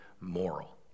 moral